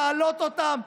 להעלות אותן,